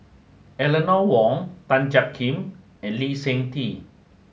Eleanor Wong Tan Jiak Kim and Lee Seng Tee